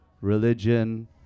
religion